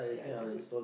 so yeah it's a good